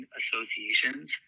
associations